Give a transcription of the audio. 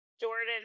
Jordan